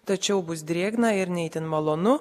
tačiau bus drėgna ir ne itin malonu